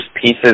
pieces